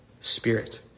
Spirit